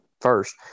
first